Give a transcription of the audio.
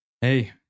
Hey